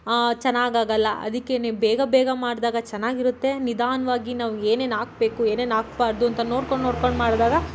ಚೆನ್ನಾಗಾಗೋಲ್ಲ ಅದಕ್ಕೆ ಬೇಗ ಬೇಗ ಮಾಡಿದಾಗ ಚೆನ್ನಾಗಿರುತ್ತೆ ನಿಧಾನ್ವಾಗಿ ನಾವು ಏನೇನು ಹಾಕ್ಬೇಕು ಏನೇನು ಹಾಕ್ಬಾರ್ದು ಅಂತ ನೋಡ್ಕೊಂಡು ನೋಡ್ಕೊಂಡು ಮಾಡಿದಾಗ